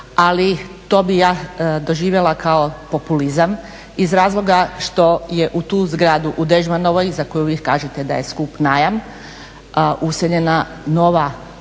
Ali to bi ja doživjela kao populizam iz razloga što je u tu zgradu u Dežmanovoj, za koju vi kažete da je skup najam, useljena nova državna